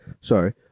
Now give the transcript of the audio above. Sorry